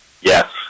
Yes